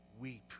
weep